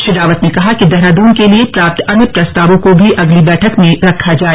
श्री रावत ने कहा कि देहरादून के लिए प्राप्त अन्य प्रस्तावों को भी अगली बैठक में रखा जाय